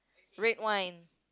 red wine